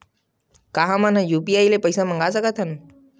का हमन ह यू.पी.आई ले पईसा मंगा सकत हन?